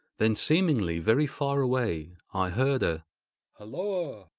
then, seemingly very far away, i heard a holloa!